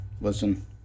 Listen